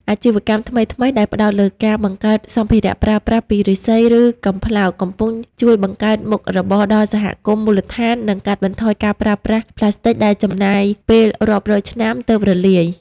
អាជីវកម្មថ្មីៗដែលផ្ដោតលើការផលិតសម្ភារៈប្រើប្រាស់ពី "ឬស្សី" និង "កំប្លោក" កំពុងជួយបង្កើតមុខរបរដល់សហគមន៍មូលដ្ឋាន និងកាត់បន្ថយការប្រើប្រាស់ប្លាស្ទិកដែលចំណាយពេលរាប់រយឆ្នាំទើបរលាយ។